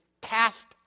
cast